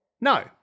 No